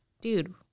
dude